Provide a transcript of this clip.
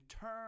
turn